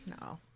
No